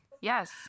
Yes